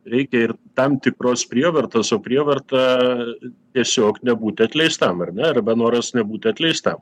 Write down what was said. reikia ir tam tikros prievartos o prievarta tiesiog nebūti atleistam ar ne arba noras nebūti atleistam